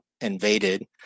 invaded